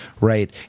right